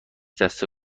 دسته